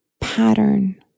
pattern